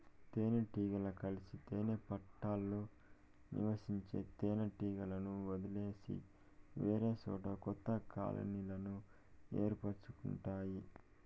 తేనె టీగలు కలిసి తేనె పెట్టలో నివసించే తేనె టీగలను వదిలేసి వేరేసోట కొత్త కాలనీలను ఏర్పరుచుకుంటాయి